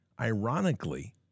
Ironically